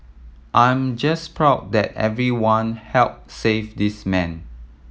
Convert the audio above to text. I'm just proud that everyone helped save this man